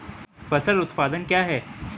फसल उत्पादन क्या है?